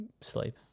sleep